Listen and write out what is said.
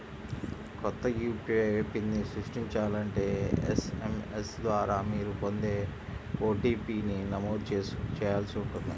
కొత్త యూ.పీ.ఐ పిన్ని సృష్టించాలంటే ఎస్.ఎం.ఎస్ ద్వారా మీరు పొందే ఓ.టీ.పీ ని నమోదు చేయాల్సి ఉంటుంది